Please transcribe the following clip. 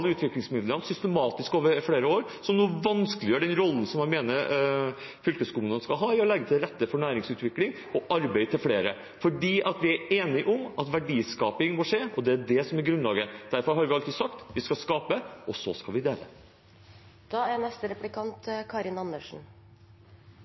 utviklingsmidlene systematisk over flere år, noe som nå vanskeliggjør den rollen som jeg mener fylkeskommunene skal ha i å legge til rette for næringsutvikling og arbeid til flere. For vi er enige om at verdiskaping må skje, og det er det som er grunnlaget. Derfor har vi alltid sagt: Vi skal skape, og så skal vi dele. SV og Arbeiderpartiet er